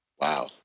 Wow